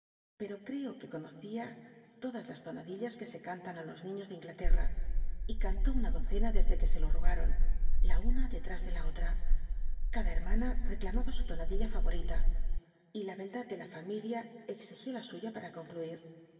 pero creo que conocía todas las tonad illas que se cantan á los niños de lnglalerm y cuntó una docena desde que se lo rogaron la una detrás de la otra cada hermana reclamaba su tonadilla farol'ita y la beldad de la fam ilia exigió la suya para concluil